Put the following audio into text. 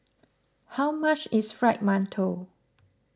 how much is Fried Mantou